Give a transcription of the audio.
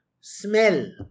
smell